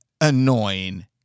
annoying